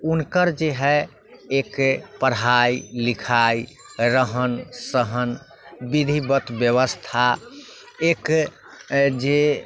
हुनकर जे हय एक पढ़ाइ लिखाइ रहन सहन विधिवत व्यवस्था एक जे